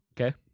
okay